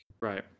Right